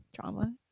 drama